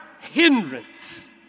hindrance